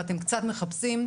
ואתם קצת מחפשים.